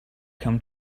come